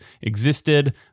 existed